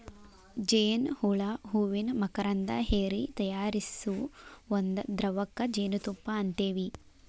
ಜೇನ ಹುಳಾ ಹೂವಿನ ಮಕರಂದಾ ಹೇರಿ ತಯಾರಿಸು ಒಂದ ದ್ರವಕ್ಕ ಜೇನುತುಪ್ಪಾ ಅಂತೆವಿ